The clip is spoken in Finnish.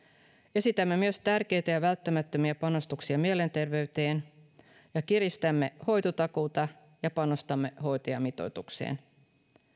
esitämme myös tärkeitä ja välttämättömiä panostuksia mielenterveyteen ja kiristämme hoitotakuuta ja panostamme hoitajamitoitukseen